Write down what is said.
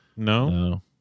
No